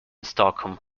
stockholm